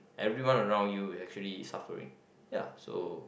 everyone around you is actually suffering ya so